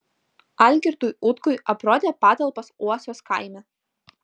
algirdui utkui aprodė patalpas uosos kaime